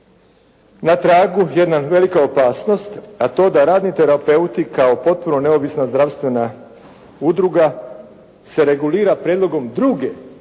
na tragu jedna velika opasnost a to da radni terapeuti kao potpuno neovisna zdravstvena udruga se regulira prijedlogom druge profesije.